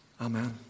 Amen